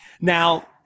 Now